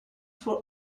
for